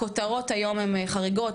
הכותרות היום הם חריגות,